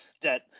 debt